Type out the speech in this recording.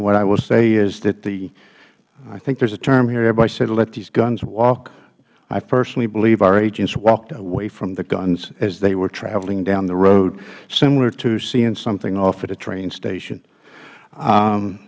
what i will say is that i think there is a term here everybody said let these guns walk i personally believe our agents walked away from the guns as they were traveling down the road similar to seeing something off at a train station